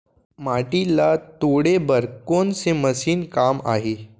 माटी ल तोड़े बर कोन से मशीन काम आही?